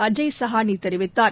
Ajay சஹானிதெரிவித்தார்